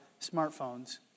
smartphones